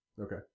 Okay